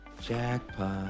Jackpot